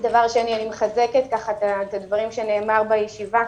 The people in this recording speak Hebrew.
דבר שני אני מחזקת את הדברים שנאמרו בישיבה